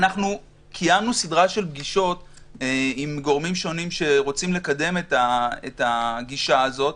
קיימנו סדרה של פגישות עם גורמים שונים שרוצים לקדם את הגישה הזאת.